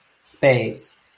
spades